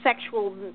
sexual